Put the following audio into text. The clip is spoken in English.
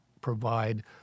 provide